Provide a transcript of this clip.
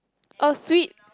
oh sweet